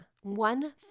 one